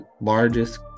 largest